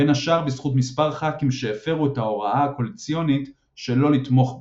בין השאר בזכות מספר ח״כים שהפרו את ההוראה הקואליציונית שלא לתמוך בה.